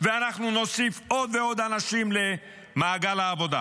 ואנחנו נוסיף עוד ועוד אנשים למעגל העבודה,